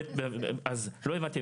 אז לא הבנתי,